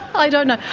i don't know.